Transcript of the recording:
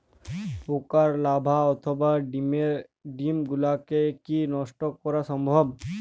পোকার লার্ভা অথবা ডিম গুলিকে কী নষ্ট করা সম্ভব?